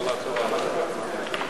לוועדת העבודה,